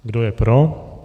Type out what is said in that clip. Kdo je pro?